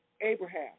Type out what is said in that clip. Abraham